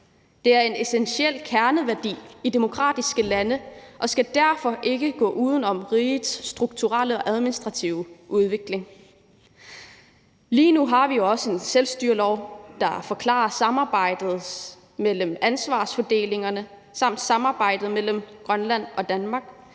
Det er en essentiel kerneværdi i demokratiske lande og skal derfor ikke gå uden om rigets strukturelle og administrative udvikling. Lige nu har vi også en selvstyrelov, der forklarer samarbejdet og ansvarsfordelingen samt samarbejdet mellem Grønland og Danmark.